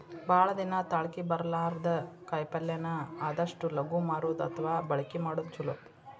ಭಾಳ ದಿನಾ ತಾಳಕಿ ಬರ್ಲಾರದ ಕಾಯಿಪಲ್ಲೆನ ಆದಷ್ಟ ಲಗು ಮಾರುದು ಅಥವಾ ಬಳಕಿ ಮಾಡುದು ಚುಲೊ